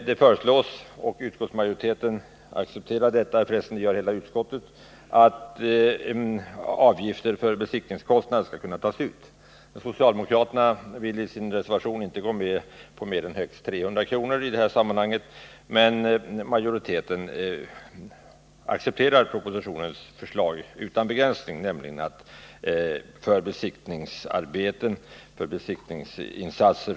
Det föreslås, och hela utskottet står bakom detta, att avgifter för besiktningskostnader skall kunna tas ut. Socialdemokraterna går i sin reservation med på högst 300 kr., men majoriteten har utan begränsning tillstyrkt förslaget i propositionen, dvs. att avgift utan begränsning skall kunna utgå för besiktningsinsatser.